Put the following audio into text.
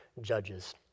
Judges